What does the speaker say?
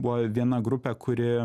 buvo viena grupė kuri